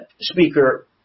speaker